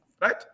right